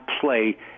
play